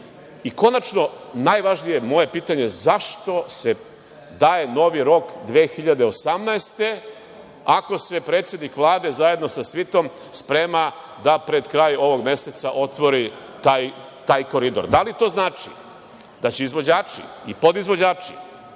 deo. Konačno, najvažnije moje pitanje, zašto se daje novi rok 2018. godine, ako se predsednik Vlade zajedno sa svitom sprema da pred kraj ovog meseca otvori taj koridor? Da li to znači da će izvođači i podizvođači